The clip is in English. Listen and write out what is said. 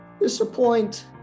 disappoint